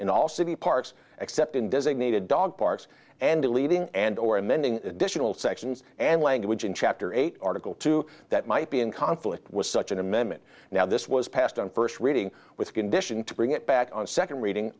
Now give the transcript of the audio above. all city parks except in designated dog parks and leading and or amending additional sections and language in chapter eight article two that might be in conflict with such an amendment now this was passed on first reading with a condition to bring it back on second reading